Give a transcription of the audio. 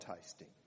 tasting